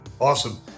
Awesome